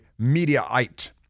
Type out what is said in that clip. Mediaite